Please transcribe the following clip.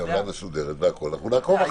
טבלה מסודרת והכול, אנחנו נעקוב אחרי זה.